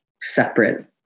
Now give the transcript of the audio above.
separate